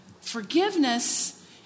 forgiveness